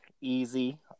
easy